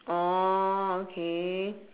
orh okay